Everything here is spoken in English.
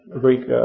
Greek